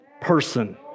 person